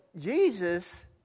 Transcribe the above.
Jesus